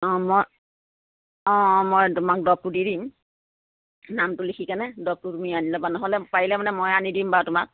অঁ মই অঁ অঁ মই তোমাক দৰৱটো দি দিম নামটো লিখিকেনে দৰৱটো তুমি আনি ল'বা নহ'লে পাৰিলে মানে মই আনি দিম বাৰু তোমাক